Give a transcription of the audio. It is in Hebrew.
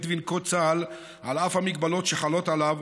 וינקוט צה"ל על אף המגבלות שחלות עליו,